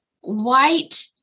white